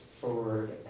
forward